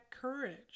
courage